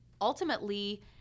ultimately